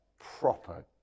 proper